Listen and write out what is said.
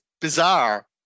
bizarre